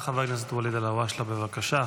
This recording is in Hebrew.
חבר הכנסת ואליד אלהואשלה, בבקשה.